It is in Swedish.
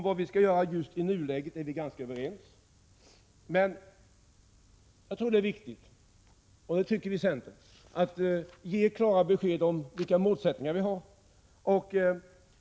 Vad som skall göras i nuläget är vi ganska överens om, men det är viktigt att ge klara besked om vilka målsättningarna är.